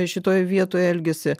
šitoj vietoj elgiasi